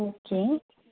okay